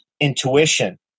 intuition